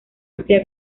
amplia